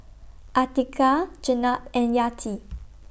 Atiqah Jenab and Yati